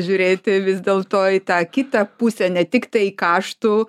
žiūrėti vis dėlto į tą kitą pusę ne tiktai į kaštų